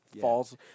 falls